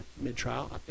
mid-trial